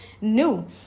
new